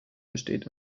besteht